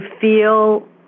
feel